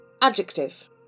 Adjective